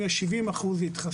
זה אם יש 70% התחסנות.